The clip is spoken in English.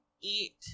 eat